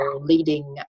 leading